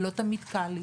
ולא תמיד קל לי